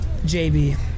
JB